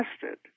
tested